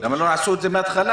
למה לא עשו את זה מההתחלה?